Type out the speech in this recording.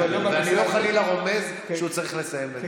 אני לא, חלילה, רומז שהוא צריך לסיים לדבר.